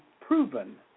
proven